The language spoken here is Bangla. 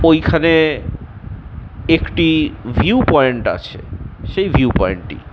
ওইখানে একটি ভিউ পয়েন্ট আছে সেই ভিউ পয়েন্টটি